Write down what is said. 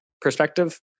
perspective